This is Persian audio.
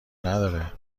نداره